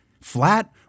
flat